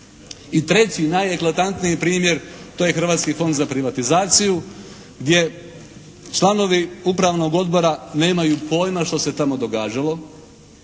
treći najeklatantniji primjer to je Hrvatski fond za privatizaciju gdje članovi upravnog odbora nemaju pojma što se tamo događalo,